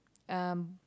um